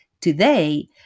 today